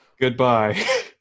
Goodbye